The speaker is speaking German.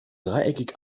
dreieckig